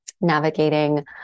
navigating